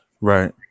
Right